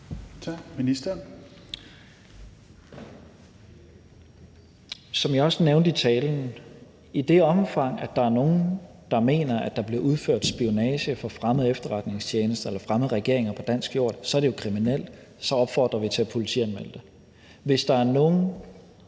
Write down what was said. Som jeg også nævnte i talen: I det omfang, der er nogle, der mener, at der bliver udført spionage fra fremmede efterretningstjenester eller fremmede regeringer på dansk jord, så er det jo kriminelt; så opfordrer vi til at politianmelde det. Hvis der er nogen